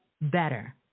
better